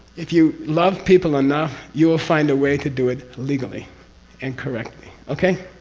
if you love people enough, you will find a way to do it legally and correctly. okay?